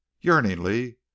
yearningly